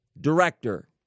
director